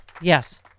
Yes